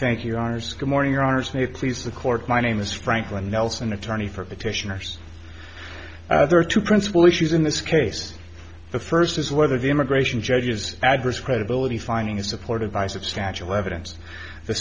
good morning your honour's may please the court my name is franklin nelson attorney for petitioners there are two principal issues in this case the first is whether the immigration judges address credibility findings supported by substantial evidence the